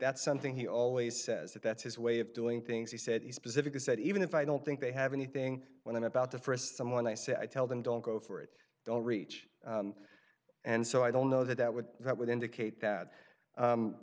that's something he always says that that's his way of doing things he said he specifically said even if i don't think they have anything when in about the st someone i say i tell them don't go for it don't reach and so i don't know that that would that would indicate that